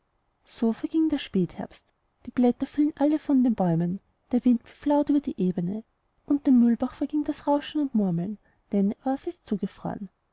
so verging der spätherbst die blätter fielen alle von den bäumen der wind pfiff laut über die ebene und dem mühlbach verging das rauschen und murmeln denn er war fest zugefroren